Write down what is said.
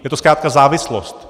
Je to zkrátka závislost.